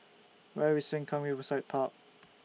Where IS Sengkang Riverside Park